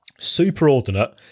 Superordinate